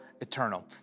eternal